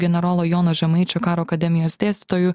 generolo jono žemaičio karo akademijos dėstytoju